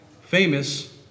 famous